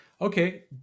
okay